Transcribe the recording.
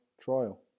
trial